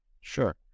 Sure